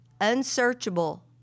Unsearchable